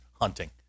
hunting